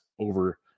over